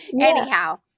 Anyhow